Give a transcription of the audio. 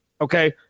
Okay